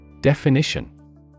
Definition